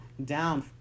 down